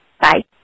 Bye